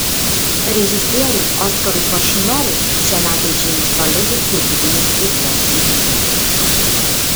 režisieriui oskarui koršunovui šie metai žymi solidų kūrybinės veiklos jubiliejų